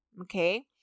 Okay